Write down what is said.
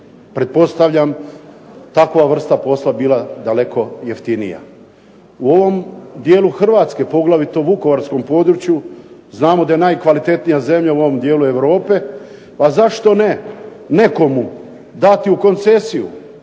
pretpostavljam takva vrsta posla bila daleko jeftinija. U ovom dijelu Hrvatske, poglavito vukovarskom području, znamo da je najkvalitetnija zemlja u ovom dijelu Europu pa zašto ne nekomu dati u koncesiju